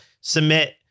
submit